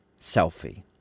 Selfie